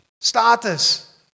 Status